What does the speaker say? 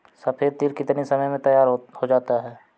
सफेद तिल कितनी समय में तैयार होता जाता है?